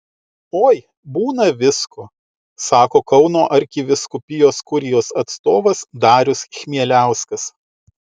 oi būna visko sako kauno arkivyskupijos kurijos atstovas darius chmieliauskas